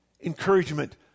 encouragement